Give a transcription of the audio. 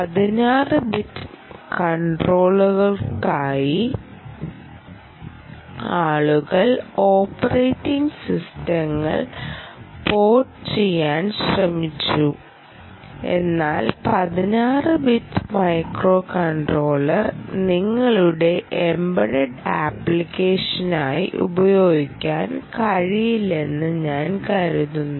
16 bit കണ്ട്രോളറുകൾക്കായി ആളുകൾ operating സിസ്റ്റങ്ങൾ പോർട്ട് ചെയ്യാൻ ശ്രമിച്ചു എന്നാൽ 16 ബിറ്റ് മൈക്രോകൺട്രോളർ നിങ്ങളുടെ എംബെഡഡ് ആപ്ലിക്കേഷനായി ഉപയോഗിക്കാൻ കഴിയല്ലെന്ന് ഞാൻ കരുതുന്നു